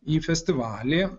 į festivalį